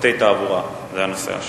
שופטי תעבורה, זה נושא השאילתא.